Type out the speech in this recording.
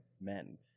men